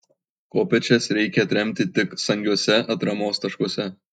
kopėčias reikia atremti tik saugiuose atramos taškuose